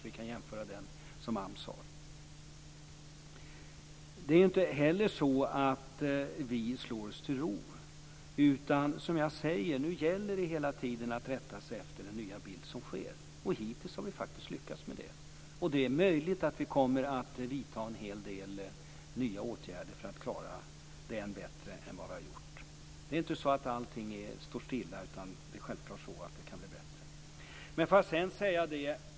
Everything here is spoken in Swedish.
Vi slår oss inte till ro. Nu gäller det att rätta sig efter den nya bilden. Hittills har vi lyckats. Det är möjligt att vi kommer att vidta en hel del nya åtgärder. Allt står inte stilla. Självklart kan allt bli bättre.